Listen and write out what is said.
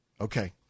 Okay